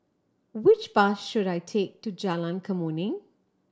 which bus should I take to Jalan Kemuning